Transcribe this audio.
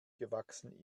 gewachsen